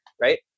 right